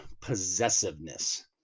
possessiveness